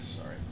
Sorry